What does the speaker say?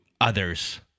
others